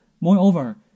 Moreover